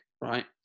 right